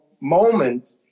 moment